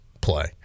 play